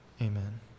amen